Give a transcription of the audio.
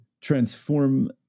transform